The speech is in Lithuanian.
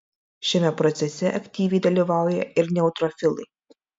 šiame procese aktyviai dalyvauja ir neutrofilai